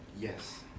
Yes